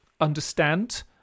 understand